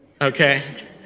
okay